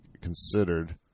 considered